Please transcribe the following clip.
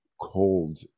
cold